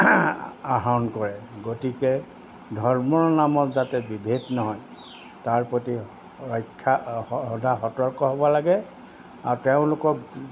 আহৰণ কৰে গতিকে ধৰ্মৰ নামত যাতে বিভেদ নহয় তাৰ প্ৰতি ৰক্ষা সদা সতৰ্ক হ'ব লাগে আৰু তেওঁলোকক